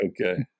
Okay